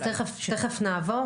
אז תכף נעבור.